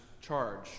charge